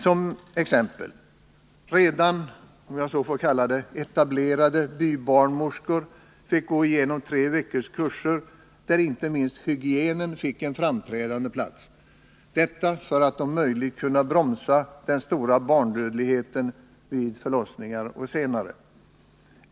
Som exempel kan jag nämna: Redan ”etablerade” bybarnmorskor fick gå igenom treveckorskurser där inte minst hygienen fick en framträdande plats — detta för att man om möjligt skulle kunna bromsa den stora barnadödligheten vid förlossningar och senare.